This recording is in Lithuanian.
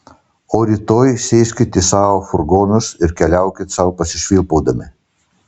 o rytoj sėskit į savo furgonus ir keliaukit sau pasišvilpaudami